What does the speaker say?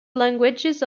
languages